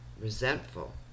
resentful